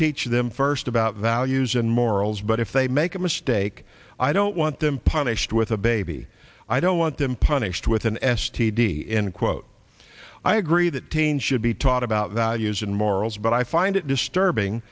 teach them first about values and morals but if they make a mistake i don't want them punished with a baby i don't want them punished with an s t d and quote i agree that teens should be taught about values and morals but i find it disturbing